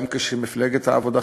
גם כשמפלגת העבודה,